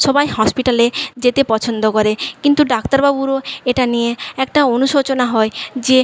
সবাই হসপিটালে যেতে পছন্দ করে কিন্তু ডাক্তারবাবুরও এটা নিয়ে একটা অনুশোচনা হয় যে